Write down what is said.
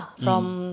mm